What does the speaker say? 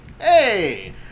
Hey